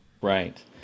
Right